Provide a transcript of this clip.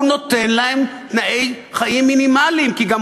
הוא נותן להם תנאי חיים מינימליים כי גם